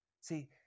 See